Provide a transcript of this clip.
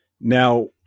Now